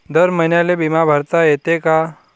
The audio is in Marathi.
दर महिन्याले बिमा भरता येते का?